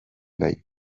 nahi